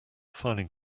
filing